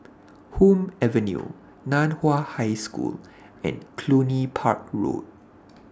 Hume Avenue NAN Hua High School and Cluny Park Road